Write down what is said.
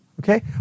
Okay